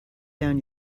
down